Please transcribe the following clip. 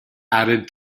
added